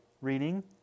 reading